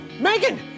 megan